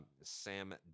Sam